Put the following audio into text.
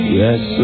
yes